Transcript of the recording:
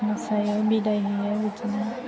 मोसायो बिदाय होयो बिदिनो